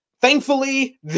Thankfully